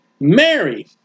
Mary